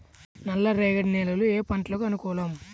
నల్లరేగడి నేలలు ఏ పంటలకు అనుకూలం?